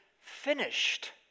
finished